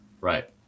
Right